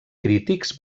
crítics